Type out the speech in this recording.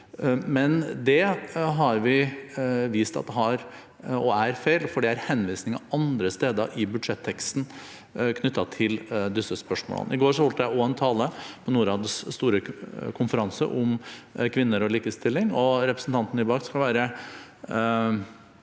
Men det har vi vist at er feil, for det er henvisninger andre steder i budsjetteksten knyttet til disse spørsmålene. I går hørte jeg også en tale på Norads store konferanse om kvinner og likestilling, og representanten Nybakk skal være